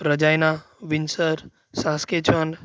રજાઈના વિન્સર સાસકીચોન